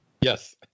Yes